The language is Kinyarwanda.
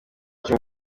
cumi